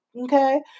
okay